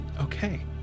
okay